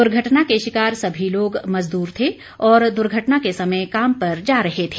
दुर्घटना के शिकार सभी लोग मजदूर थे और दुर्घटना के समय काम पर जा रहे थे